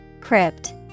crypt